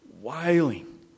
wailing